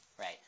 Right